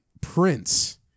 Prince